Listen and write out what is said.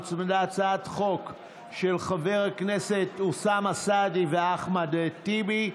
והוצמדה הצעת החוק של חברי הכנסת אוסאמה סעדי ואחמד טיבי,